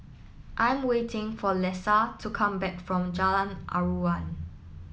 I'm waiting for Lesa to come back from Jalan Aruan